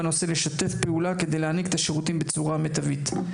בנושא לשתף פעולה כדי להעניק את השירותים בצורה מיטבית.